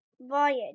voyage